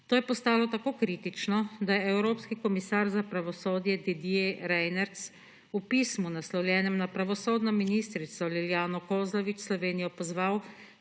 za pravosodje tako kritično, da je evropski komisar Didier Reynders v pismu, naslovljenem na pravosodno ministrico Liljano Kozlovič, Slovenijo pozval,